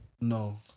no